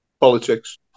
politics